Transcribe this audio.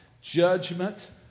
Judgment